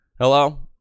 Hello